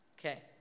Okay